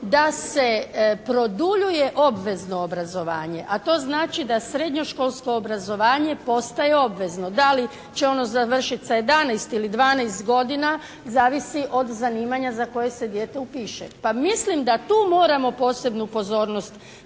da se produljuje obvezno obrazovanje, a to znači da srednjoškolsko obrazovanje postaje obvezno. Da li će ono završit sa 11 ili 12 godina zavisi od zanimanja za koje se dijete upiše. Pa mislim da tu moramo posebnu pozornost